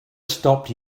stopped